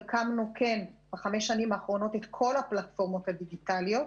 הקמנו ב-5 השנים האחרונות את כל הפלטפורמות הדיגיטליות.